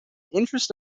interests